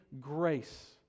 Grace